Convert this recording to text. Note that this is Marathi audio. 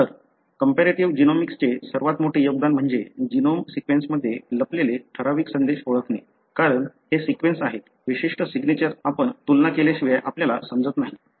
तर कंपॅरेटिव्ह जीनोमिक्सचे सर्वात मोठे योगदान म्हणजे जीनोम सीक्वेन्समध्ये लपलेले ठराविक संदेश ओळखणे कारण हे सीक्वेन्स आहेत विशिष्ट सिग्नेचर आपण तुलना केल्याशिवाय आपल्याला समजत नाहीत